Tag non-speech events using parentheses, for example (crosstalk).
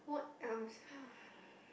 what else (breath)